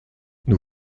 nous